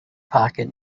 pocket